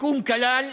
הסיכום כלל